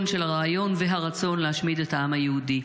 הרעיון והרצון להשמיד את העם היהודי.